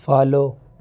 follow